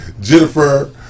Jennifer